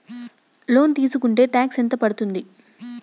Loan తీస్కుంటే tax ఎంత పడ్తుంది?